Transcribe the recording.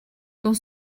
quand